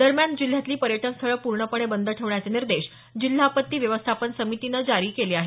दरम्यान जिल्ह्यातली पर्यटन स्थळं पूर्णपणे बंद ठेवण्याचे निर्देश जिल्हा आपत्ती व्यवस्थापन समितीने जारी केले आहेत